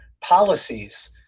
policies